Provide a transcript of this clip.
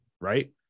right